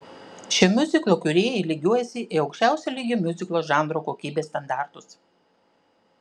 šio miuziklo kūrėjai lygiuojasi į aukščiausio lygio miuziklo žanro kokybės standartus